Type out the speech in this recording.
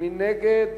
מי נגד?